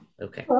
Okay